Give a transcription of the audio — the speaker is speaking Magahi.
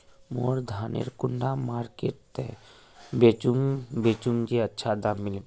मोर धानेर कुंडा मार्केट त बेचुम बेचुम जे अच्छा दाम मिले?